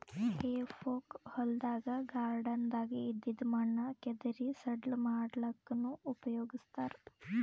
ಹೆಫೋಕ್ ಹೊಲ್ದಾಗ್ ಗಾರ್ಡನ್ದಾಗ್ ಇದ್ದಿದ್ ಮಣ್ಣ್ ಕೆದರಿ ಸಡ್ಲ ಮಾಡಲ್ಲಕ್ಕನೂ ಉಪಯೊಗಸ್ತಾರ್